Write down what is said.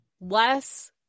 less